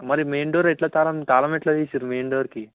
మరి main door ఎట్లా తాళం తాళం ఎట్లా తీసినారూ మెయిన్ డోర్కి